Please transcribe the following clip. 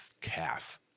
calf